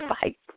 fight